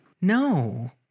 No